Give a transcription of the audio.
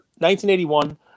1981